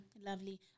lovely